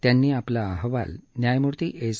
त्यांनी आपला अहवाल न्यायमूर्ती एस